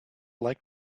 like